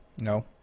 No